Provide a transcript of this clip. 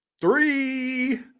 Three